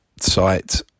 site